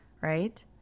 right